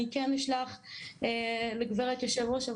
אני כן אשלח לגברת יושבת ראש לגברת יושבת